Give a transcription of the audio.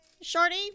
Shorty